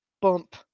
bump